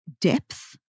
depth